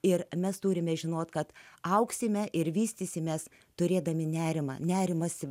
ir mes turime žinoti kad augsime ir vystysimės turėdami nerimą nerimas